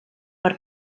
per